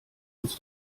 uns